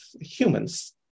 humans